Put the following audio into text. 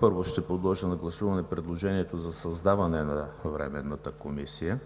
Първо ще подложа на гласуване предложението за създаване на Временната комисия.